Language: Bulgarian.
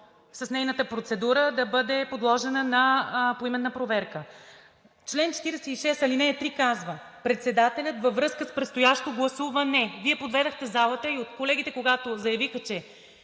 с нейната процедура да бъде подложена поименна проверка. Член 46, ал. 3 казва: „Председателят във връзка с предстоящо гласуване“ – Вие подведохте залата и когато колегите заявиха, че